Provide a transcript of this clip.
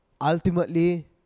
Ultimately